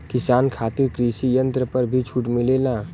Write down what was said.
किसान खातिर कृषि यंत्र पर भी छूट मिलेला?